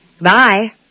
Bye